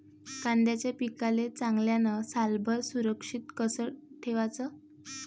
कांद्याच्या पिकाले चांगल्यानं सालभर सुरक्षित कस ठेवाचं?